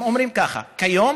הם אומרים ככה: "כיום